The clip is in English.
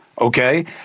okay